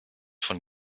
von